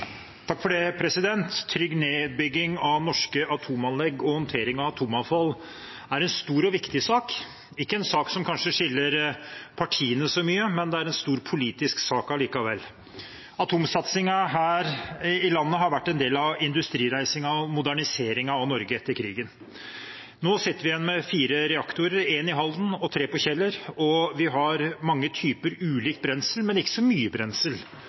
Trygg nedbygging av norske atomanlegg og håndtering av atomavfall er en stor og viktig sak – kanskje ikke en sak som skiller partiene så mye, men det er en stor politisk sak likevel. Atomsatsingen her i landet har vært en del av industrireisingen og moderniseringen av Norge etter krigen. Nå sitter vi igjen med fire reaktorer, én i Halden og tre på Kjeller, og vi har mange ulike typer brensel, men ikke så mye brensel.